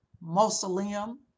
mausoleum